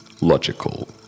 logical